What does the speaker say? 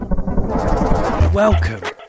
Welcome